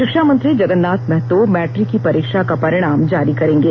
शिक्षामंत्री जगन्नाथ महतो मैट्रिक की परीक्षा का परिणाम जारी करेंगे